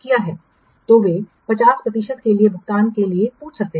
तो वे 50 प्रतिशत के लिए भुगतान के लिए पूछ सकते हैं